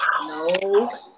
No